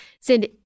Send